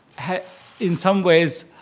in some ways,